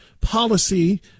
policy